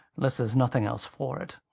unless there's nothing else for it.